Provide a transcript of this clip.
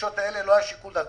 בבקשות האלה לא היה שיקול דעת.